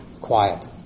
quiet